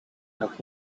nog